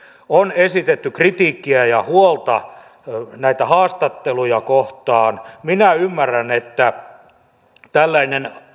on esitetty kritiikkiä ja huolta näitä haastatteluja kohtaan minä ymmärrän että tällainen